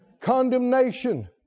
Condemnation